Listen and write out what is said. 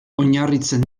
oinarritzen